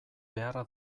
beharra